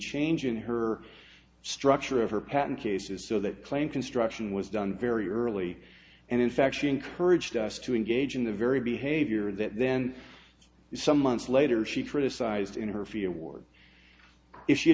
change in her structure of her patent cases so that claim construction was done very early and in fact she encouraged us to engage in the very behavior that then some months later she criticized in her feet award if you